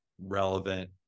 relevant